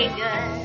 good